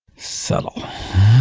subtle.